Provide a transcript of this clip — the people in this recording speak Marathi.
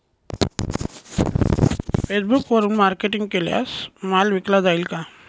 फेसबुकवरुन मार्केटिंग केल्यास माल विकला जाईल का?